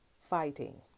fighting